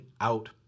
out